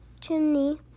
chimney